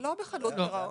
לא חדלות פירעון.